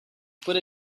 put